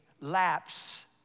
lapse